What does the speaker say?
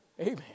Amen